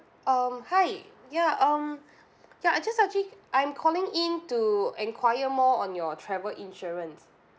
um hi ya um ya I just actually I'm calling in to enquire more on your travel insurance